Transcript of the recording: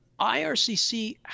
IRCC